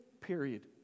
period